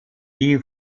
die